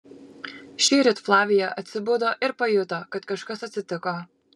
šįryt flavija atsibudo ir pajuto kad kažkas atsitiko